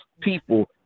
people